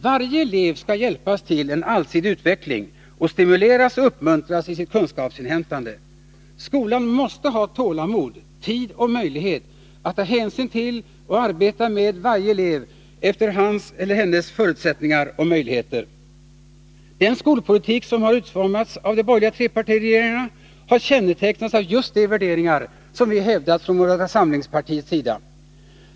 Varje elev skall hjälpas till en allsidig utveckling samt stimuleras och uppmuntras i sitt kunskapsinhämtande. Skolan måste ha tålamod, tid och möjlighet när det gäller att ta hänsyn till och arbeta med varje elev efter hans/hennes förutsättningar och möjligheter. Den skolpolitik som utformats av de borgerliga trepartiregeringarna har kännetecknats av just de värderingar som vi hävdat från moderata samlingspartiets sida.